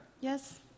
Yes